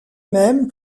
même